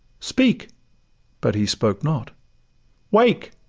speak but he spoke not wake!